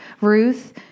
Ruth